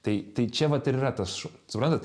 tai tai čia vat ir yra tas šu suprantat